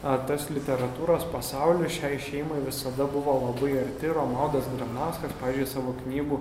o tas literatūros pasaulis šiai šeimai visada buvo labai arti romualdas granauskas pavyzdžiui savo knygų